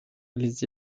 les